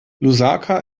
lusaka